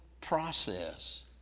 process